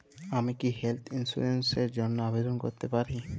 আমি কি health insurance র জন্য আবেদন করতে পারি?